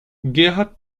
gerhard